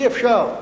אי-אפשר.